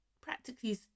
practically